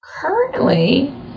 Currently